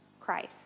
Christ